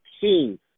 king